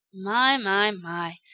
my, my, my,